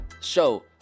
show